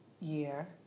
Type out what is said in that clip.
year